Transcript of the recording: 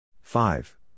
Five